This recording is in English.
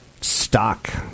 stock